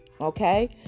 okay